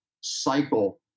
cycle